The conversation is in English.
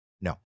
No